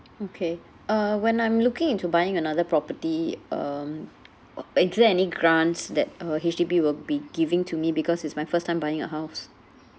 okay uh when I'm looking into buying another property um uh is there any grants that uh H_D_B will be giving to me because it's my first time buying a house